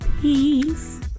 peace